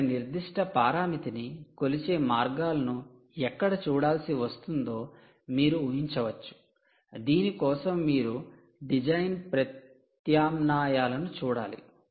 మీరు ఒక నిర్దిష్ట పరామితిని కొలిచే మార్గాలను ఎక్కడ చూడాల్సి వస్తుందో మీరు ఉహించవచ్చు దీని కోసం మీరు డిజైన్ ప్రత్యామ్నాయాలను చూడాలి